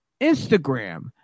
Instagram